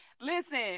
Listen